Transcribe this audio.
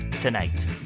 tonight